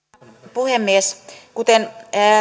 puhemies kuten